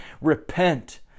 repent